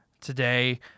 today